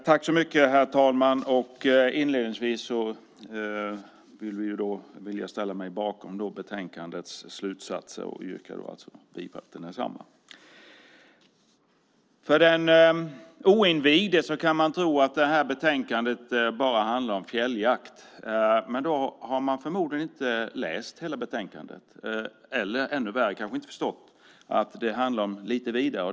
Herr talman! Inledningsvis vill jag ställa mig bakom betänkandets slutsatser och yrkar bifall till förslaget i detsamma. Den oinvigde kan tro att det här betänkandet bara handlar om fjälljakt. Men då har man förmodligen inte läst hela betänkandet, eller ännu värre, kanske inte förstått att det handlar om något lite vidare.